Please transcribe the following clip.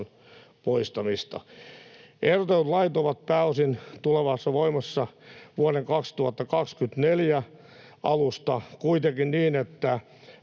poistamista. Ehdotetut lait ovat pääosin tulemassa voimaan vuoden 2024 alusta kuitenkin niin, että